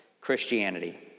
Christianity